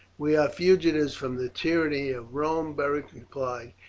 we are fugitives from the tyranny of rome, beric replied.